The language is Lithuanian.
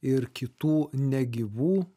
ir kitų negyvų